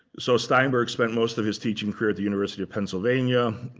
so steinberg spent most of his teaching career at the university of pennsylvania.